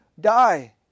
die